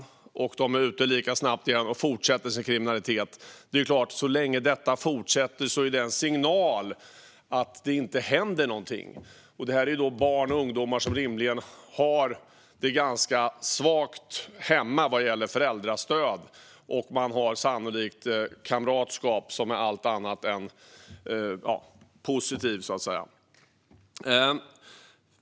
Men de kommer snabbt ut igen och fortsätter sin kriminalitet. Det är klart att så länge detta fortsätter är signalen att det inte händer någonting. Detta handlar om barn och ungdomar som rimligen har ett ganska svagt föräldrastöd hemma, och de har sannolikt ett kamratskap som är allt annat än positivt.